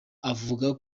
avuga